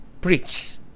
preach